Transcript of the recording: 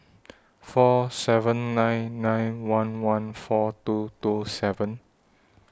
four seven nine nine one one four two two seven